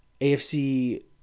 AFC